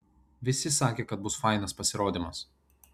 visi sakė kad bus fainas pasirodymas